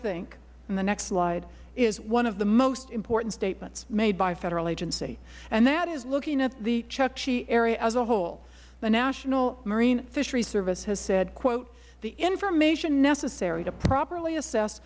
think and the next slide is one of the most important statements made by a federal agency and that is looking at the chukchi area as a whole the national marine fishery service has said quote the information necessary to properly assess